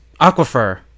Aquifer